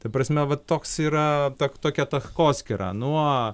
ta prasme va toks yra ta tokia takoskyra nuo